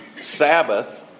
Sabbath